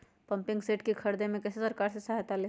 Pumping set के ख़रीदे मे कैसे सरकार से सहायता ले?